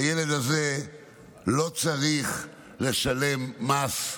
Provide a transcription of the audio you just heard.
הילד הזה לא צריך לשלם מס,